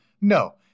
No